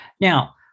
Now